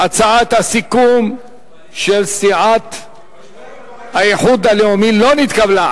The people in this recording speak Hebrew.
הצעת הסיכום של סיעת האיחוד הלאומי לא נתקבלה.